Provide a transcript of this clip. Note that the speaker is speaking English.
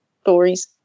stories